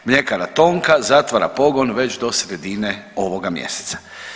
Mljekara Tonka zatvara pogon već do sredine ovoga mjeseca.